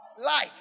Light